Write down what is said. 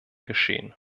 geschehen